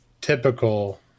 typical